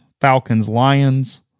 Falcons-Lions